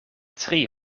tri